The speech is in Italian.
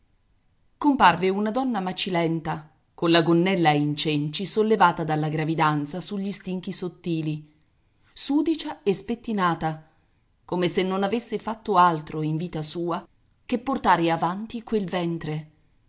comparve una donna macilenta colla gonnella in cenci sollevata dalla gravidanza sugli stinchi sottili sudicia e spettinata come se non avesse fatto altro in vita sua che portare avanti quel ventre